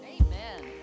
Amen